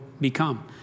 become